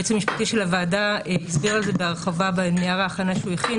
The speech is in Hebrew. היועץ המשפטי של הוועדה הסביר על זה בהרחבה בנייר ההכנה שהוא הכין,